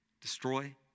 destroy